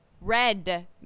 Red